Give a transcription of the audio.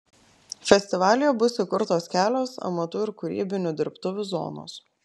festivalyje bus įkurtos kelios amatų ir kūrybinių dirbtuvių zonos